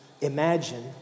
imagine